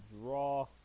draw